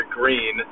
green